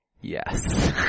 Yes